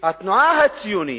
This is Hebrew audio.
התנועה הציונית,